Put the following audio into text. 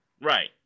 Right